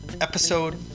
episode